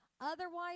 Otherwise